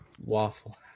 Waffle